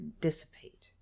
dissipate